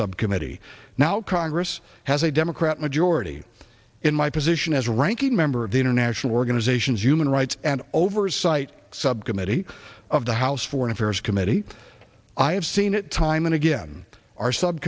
subcommittee now congress has a democrat majority in my position as ranking member of the international organizations human rights and oversight subcommittee of the house foreign affairs committee i have seen it time and again